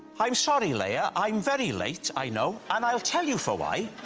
i'm sorry, leia, i'm very late, i know, and i'll tell you for why.